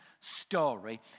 story